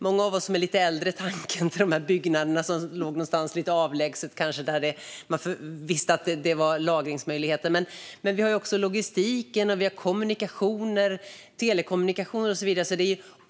Många av oss som är lite äldre tänker då på de lagerbyggnader som låg lite avlägset, men det handlar också om logistik och kommunikation, bland annat telekommunikation.